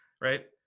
Right